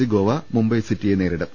C Goa Mumbai സിറ്റിയെ നേരിടും